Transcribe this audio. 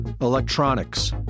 electronics